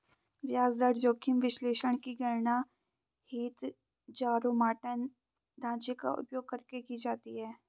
ब्याज दर जोखिम विश्लेषण की गणना हीथजारोमॉर्टन ढांचे का उपयोग करके की जाती है